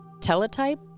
teletype